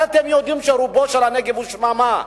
הרי אתם יודעים שרובו של הנגב הוא שממה,